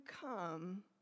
come